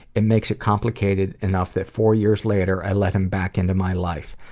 it makes it complicated enough that four years later i let him back into my life.